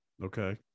Okay